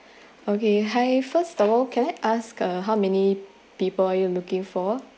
okay hi first of all can I ask ah how many people are you looking for